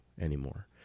anymore